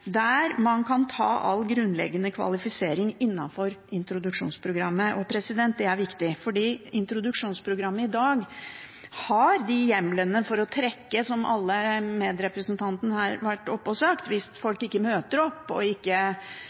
der man kan ta all grunnleggende kvalifisering innenfor introduksjonsprogrammet. Det har vi, sammen med Senterpartiet, fremmet forslag om her. Det er viktig. Introduksjonsprogrammet har i dag, som alle medrepresentantene her oppe har sagt, hjemler til å trekke i ytelsene hvis folk ikke møter opp eller ikke